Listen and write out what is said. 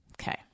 Okay